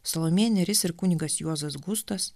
salomėja nėris ir kunigas juozas gustas